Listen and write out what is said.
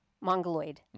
mongoloid